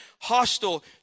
hostile